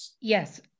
Yes